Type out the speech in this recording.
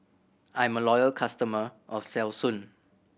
I'm a loyal customer of Selsun